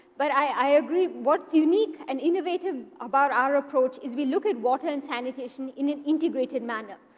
but i agree. what's unique and innovative about our approach is we look at water and sanitation in an integrated manner.